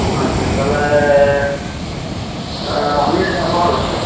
আচ্ছা তাহলে আমিও যাব ভাবছি